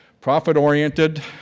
Profit-oriented